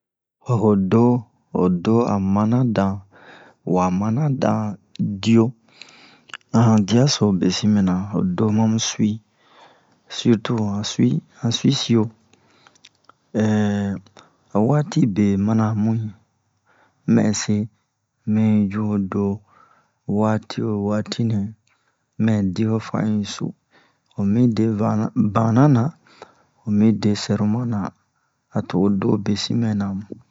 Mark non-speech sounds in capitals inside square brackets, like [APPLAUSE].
Ho do ho do a mana dan wa mana dan diyo a han diya so besin mɛna ho do ma mu suwi sirtu han suwi han suwisiyo [HESITATION] han waati be mana mu'i mɛ se mɛ yi ju ho do waati wo waati nɛ mɛ di ho fan un yi su mu mi de vanu bana na mu mi de sɛroman na a to ho do besin mɛna mu